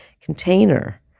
container